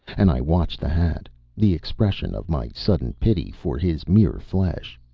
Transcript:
and i watched the hat the expression of my sudden pity for his mere flesh.